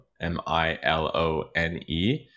M-I-L-O-N-E